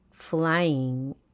Flying